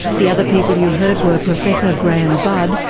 the other people you heard were professor grahame budd,